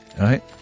Right